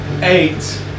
Eight